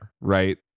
right